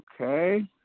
Okay